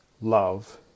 love